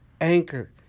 Anchor